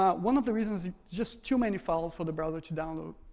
ah one of the reasons just too many files for the browser to download.